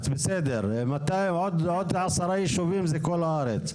עוד עשרה יישובים זה כל הארץ.